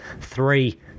three